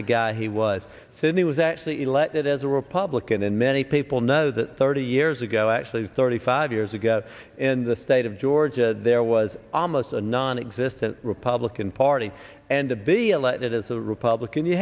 of guy he was finney was actually elected as a republican and many people know that thirty years ago actually thirty five years ago in the state of georgia there was almost a nonexistent republican party and to be elected as a republican you